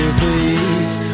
please